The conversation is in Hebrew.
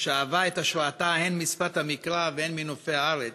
ששאבה את השראתה הן משפת המקרא והן מנופי הארץ,